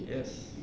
yes